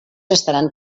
estaran